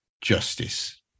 justice